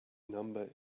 number